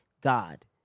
God